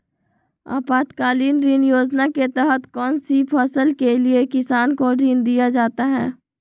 आपातकालीन ऋण योजना के तहत कौन सी फसल के लिए किसान को ऋण दीया जाता है?